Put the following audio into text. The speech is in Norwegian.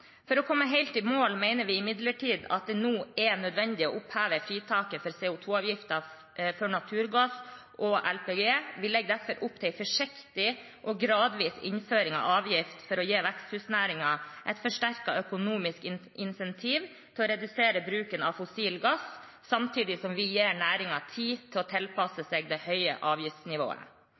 For å komme helt i mål mener vi imidlertid at det nå er nødvendig å oppheve fritaket for CO 2 -avgiften for naturgass og LPG. Vi legger derfor opp til en forsiktig og gradvis innføring av avgift for å gi veksthusnæringen et forsterket økonomisk insentiv til å redusere bruken av fossil gass, samtidig som vi gir næringen tid til å tilpasse seg det høye avgiftsnivået.